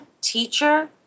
teacher